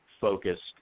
focused